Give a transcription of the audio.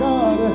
God